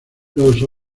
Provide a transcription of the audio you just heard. los